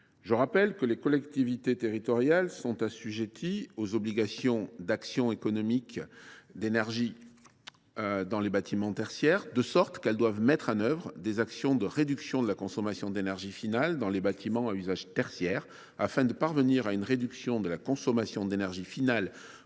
Je rappelle que les collectivités territoriales sont assujetties à des obligations en matière d’économies d’énergie dans les bâtiments tertiaires : elles doivent mettre en œuvre des actions de réduction de la consommation d’énergie finale dans les bâtiments à usage tertiaire afin de parvenir à une réduction d’au moins 40 % en